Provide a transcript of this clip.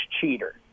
cheater